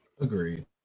Agreed